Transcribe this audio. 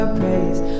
praise